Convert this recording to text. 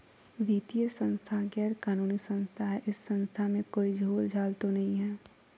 वित्तीय संस्था गैर कानूनी संस्था है इस संस्था में कोई झोलझाल तो नहीं है?